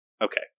Okay